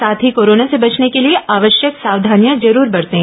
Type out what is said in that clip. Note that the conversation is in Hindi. साथ ही कोरोना से बचने के लिए आवश्यक सावधानियां जरूर बरतें